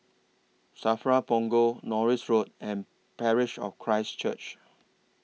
SAFRA Punggol Norris Road and Parish of Christ Church